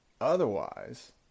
Otherwise